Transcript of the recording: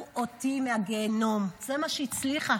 אותי מהגיהינום" זה מה שהיא הצליחה,